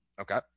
Okay